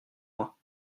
moi